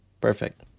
perfect